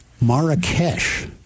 Marrakesh